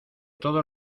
todo